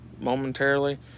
momentarily